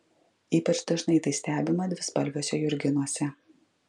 ypač dažnai tai stebima dvispalviuose jurginuose